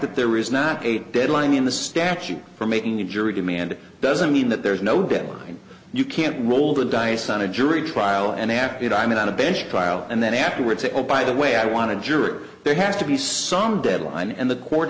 that there is not a deadline in the statute for making a jury demand it doesn't mean that there is no deadline you can't roll the dice on a jury trial and acted on it on a bench trial and then afterward say oh by the way i want a jury there has to be some deadline and the co